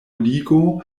ligo